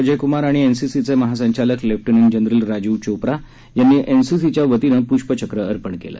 अजय क्मार आणि एनसीसीचे महासंचालक लेफ्टनंट जनरल राजीव चोप्रा यांनी एनसीसीच्या वतीनं प्ष्पचक्र अर्पण केलं